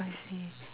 I see